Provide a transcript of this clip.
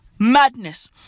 Madness